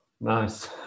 nice